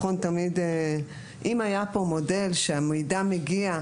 אם היה מודל שבו המידע היה מגיע,